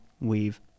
weave